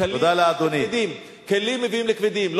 קלים מביאים לכבדים.